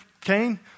Cain